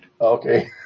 Okay